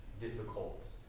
difficult